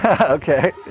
okay